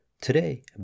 Today